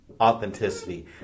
authenticity